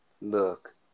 Look